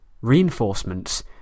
reinforcements